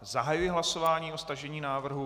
Zahajuji hlasování o stažení návrhu.